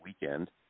weekend